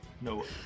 No